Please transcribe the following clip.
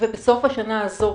ובסוף השנה הזאת,